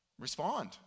respond